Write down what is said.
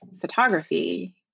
photography